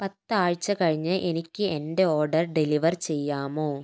പത്ത് ആഴ്ച കഴിഞ്ഞ് എനിക്ക് എന്റെ ഓർഡർ ഡെലിവർ ചെയ്യാമോ